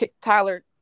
Tyler